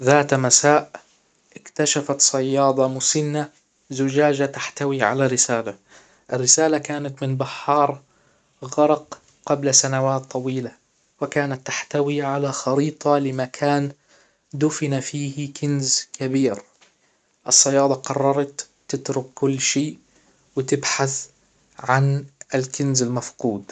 ذات مساء اكتشفت صيادة مسنة زجاجة تحتوي على رسالة الرسالة كانت من بحار غرق قبل سنوات طويلة وكانت تحتوي على خريطة لمكان دفن فيه كنز كبير الصيادة قررت تترك كل شي وتبحث عن الكنز المفقود